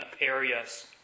areas